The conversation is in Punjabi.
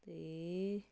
'ਤੇ